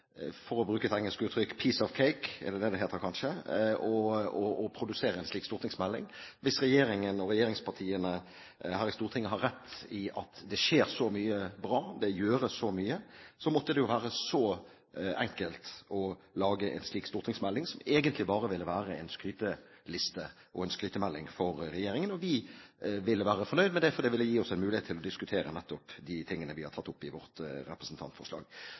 for å bruke et engelsk uttrykk, «a piece of cake» å produsere en slik stortingsmelding. Hvis regjeringen og regjeringspartiene her i Stortinget har rett i at det skjer så mye bra, og gjøres så mye, måtte det jo være enkelt å lage en slik stortingsmelding, som egentlig bare ville være en skryteliste og skrytemelding for regjeringen. Vi ville være fornøyd med det, for det ville gi oss en mulighet til å diskutere nettopp de tingene vi har tatt opp i vårt